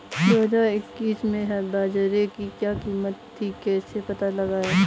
दो हज़ार इक्कीस में बाजरे की क्या कीमत थी कैसे पता लगाएँ?